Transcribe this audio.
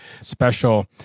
special